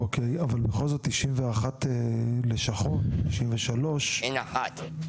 אוקיי, אבל בכל זאת 91 לשכות, 93. אין אחת.